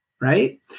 right